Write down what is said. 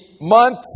month